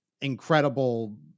incredible